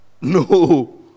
No